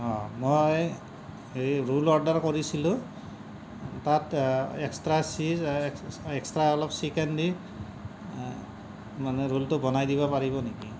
অ মই এই roll order কৰিছিলোঁ তাত এক্সট্ৰা চিজ এক্স এক্সট্ৰা অলপ চিকেন দি মানে ৰোলটো বনাই দিব পাৰিব নেকি